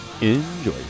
enjoy